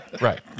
Right